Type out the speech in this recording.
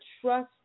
trust